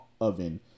oven